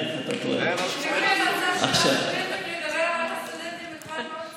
אני מניח שגם יש זמן מוגבל לענות על הצעות לסדר-היום.